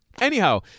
Anyhow